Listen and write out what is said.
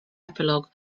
epilogue